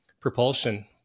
propulsion